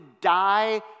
die